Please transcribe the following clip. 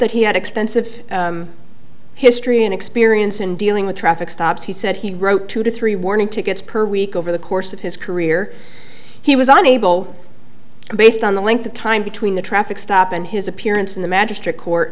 that he had extensive history and experience in dealing with traffic stops he said he wrote two to three warning tickets per week over the course of his career he was unable based on the length of time between the traffic stop and his appearance in the magi